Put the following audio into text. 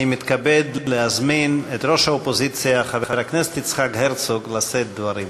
אני מתכבד להזמין את ראש האופוזיציה חבר הכנסת יצחק הרצוג לשאת דברים.